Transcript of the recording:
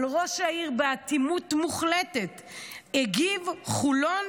אבל ראש העיר באטימות מוחלטת הגיב: חולון